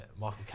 Michael